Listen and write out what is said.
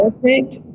perfect